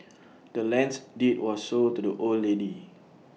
the land's deed was sold to the old lady